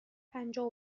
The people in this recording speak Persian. پنجاه